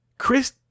Chris